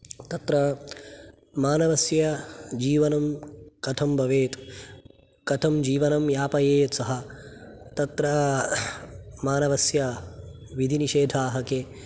तत्र मानवस्य जीवनं कथं भवेत् कथं जीवनं यापयेत् सः तत्र मानवस्य विदिनिषेधाः के